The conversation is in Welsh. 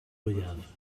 fwyaf